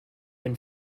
been